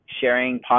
sharing